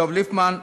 דב ליפמן,